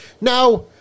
now